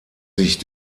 sich